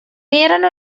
erano